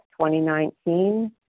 2019